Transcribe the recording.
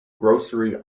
grocery